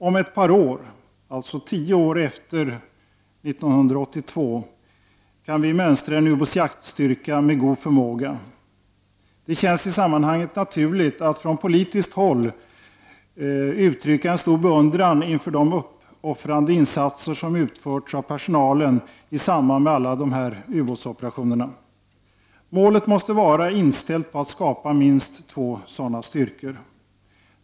Om ett par år, tio år efter 1982, kan vi mönstra en ubåtsjaktstyrka med god förmåga. Det känns i sammanhanget naturligt att från politiskt håll uttrycka stor beundran inför de uppoffrande insatser som utförts av personalen i samband med alla ubåtsoperationer. Målet måste vara inställt på att man skall skapa minst två sådana styrkor.